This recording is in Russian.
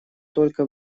только